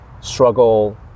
struggle